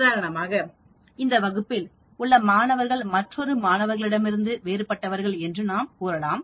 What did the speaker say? உதாரணமாக இந்த வகுப்பில் உள்ள மாணவர்கள் மற்றொரு மாணவர்களிடமிருந்து வேறுபட்டவர்கள் என்று நாம் கூறலாம்